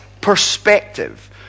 perspective